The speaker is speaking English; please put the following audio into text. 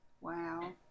Wow